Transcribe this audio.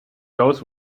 goes